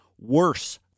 worse